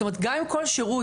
זאת אומרת גם אם כל שירות,